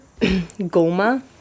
Goma